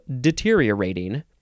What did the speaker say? deteriorating